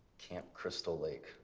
camp crystal lake